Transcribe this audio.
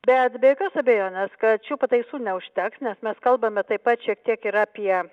bet be jokios abejonės kad šių pataisų neužteks nes mes kalbame taip pat šiek tiek ir apie